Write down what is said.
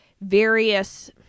various